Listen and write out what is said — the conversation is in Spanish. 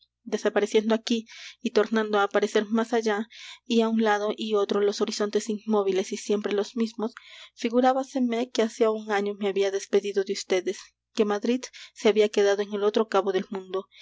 desapareciendo aquí y tornando á aparecer más allá y á un lado y otro los horizontes inmóviles y siempre los mismos figurábaseme que hacía un año me había despedido de ustedes que madrid se había quedado en el otro cabo del mundo